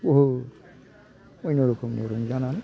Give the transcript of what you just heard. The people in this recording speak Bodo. बहुत अय्न' रोखोमनि रंजानानै